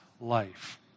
life